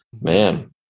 man